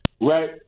Right